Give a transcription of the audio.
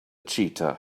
cheetah